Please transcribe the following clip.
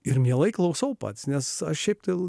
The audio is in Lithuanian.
ir mielai klausau pats nes aš šiaip jau